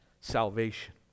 salvation